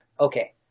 Okay